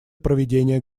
проведения